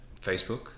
Facebook